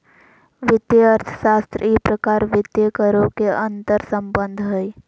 वित्तीय अर्थशास्त्र ई प्रकार वित्तीय करों के अंतर्संबंध हइ